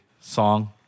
song